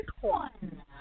one